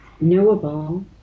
knowable